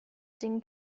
ding